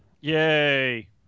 Yay